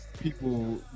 people